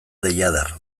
deiadar